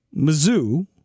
Mizzou